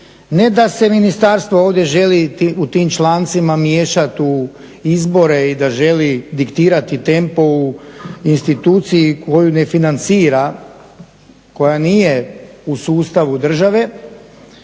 Ne da se ministarstvo ovdje želi u tim člancima miješat u izbore i da želi diktirati tempo u instituciji koju ne financira, koja nije u sustavu države